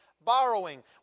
borrowing